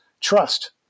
trust